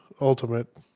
Ultimate